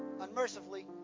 unmercifully